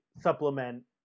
supplement